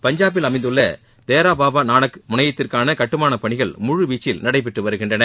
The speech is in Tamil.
பஞ்சாப்பில் அமைந்துள்ள தேரா பாபா நானக் முனையத்திற்கான கட்டுமாளப் பணிகள் முழு வீச்சில் நடைபெற்று வருகின்றன